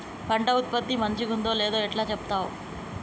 పంట ఉత్పత్తి మంచిగుందో లేదో ఎట్లా చెప్తవ్?